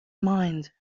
mind